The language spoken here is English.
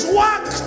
work